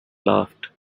laughed